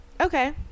Okay